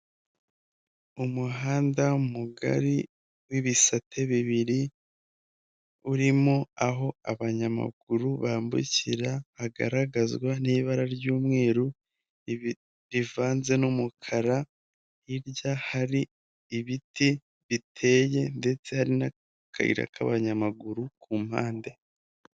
Umuhanda mugari w’ibisate bibiri urimo aho abanyamaguru bambukira, hagaragazwa n’ibara ry’umweru rivanze n’umukara. Hiri hari ibiti biteye ndetse hari n’akayira k’abanyamaguru ku mpande.